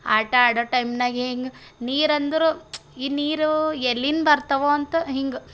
ಆಟ ಆಡೊ ಟೈಮ್ನಾಗೆ ಹೆಂಗೆ ನೀರಂದ್ರು ಈ ನೀರು ಎಲ್ಲಿಂದ ಬರ್ತಾವ ಅಂತ ಹಿಂಗೆ